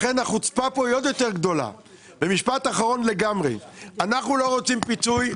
אנחנו לא רוצים פיצוי,